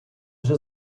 вже